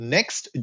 Next